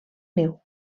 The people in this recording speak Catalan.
niu